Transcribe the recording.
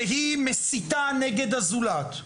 שהיא מסיתה נגד הזולת,